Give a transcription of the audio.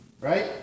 Right